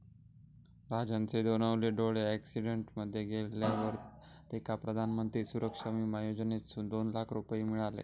राजनचे दोनवले डोळे अॅक्सिडेंट मध्ये गेल्यावर तेका प्रधानमंत्री सुरक्षा बिमा योजनेसून दोन लाख रुपये मिळाले